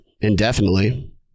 indefinitely